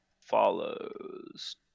follows